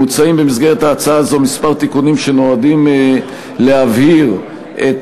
מוצעים במסגרת ההצעה הזאת כמה תיקונים שנועדו להבהיר את